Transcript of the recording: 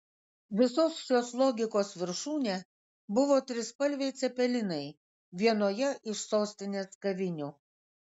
visos šios logikos viršūnė buvo trispalviai cepelinai vienoje iš sostinės kavinių